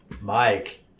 mike